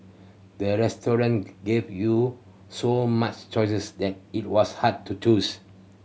the restaurant give you so much choices that it was hard to choose